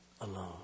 alone